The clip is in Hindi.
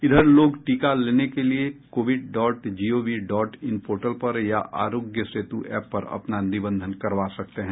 इधर लोग टीके लेने के लिए CoWIN dot gov dot in portal पर या आरोग्य सेतु एप पर अपना निबंधन करवा सकते हैं